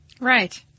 Right